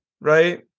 right